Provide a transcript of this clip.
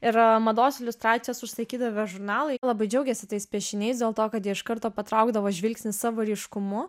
ir mados iliustracijas užsakydavę žurnalai labai džiaugėsi tais piešiniais dėl to kad jie iš karto patraukdavo žvilgsnį savo ryškumu